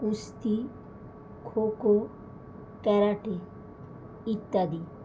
কুস্তি খোখো ক্যারাটে ইত্যাদি